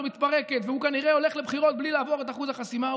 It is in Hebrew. מתפרקת והוא כנראה הולך לבחירות בלי לעבור את אחוז החסימה,